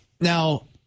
Now